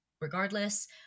regardless